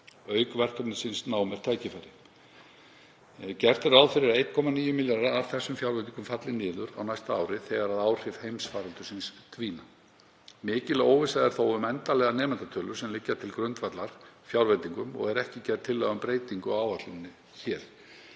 auk verkefnisins Nám er tækifæri. Gert er ráð fyrir að 1,9 milljarðar af þessum fjárveitingum falli niður á næsta ári þegar áhrif heimsfaraldursins dvína. Mikil óvissa er þó um endanlegar nemendatölur sem liggja til grundvallar fjárveitingum og er ekki gerð tillaga um breytingu á áætluninni hér.